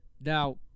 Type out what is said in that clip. Now